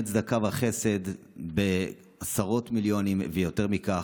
צדקה וחסד בעשרות מיליונים ויותר מכך,